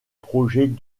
projet